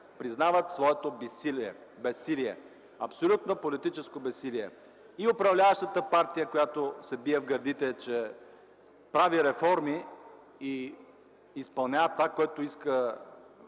признават своето безсилие. Абсолютно политическо безсилие! И управляващата партия, която се бие в гърдите, че прави реформи и изпълнява това, което иска